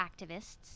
activists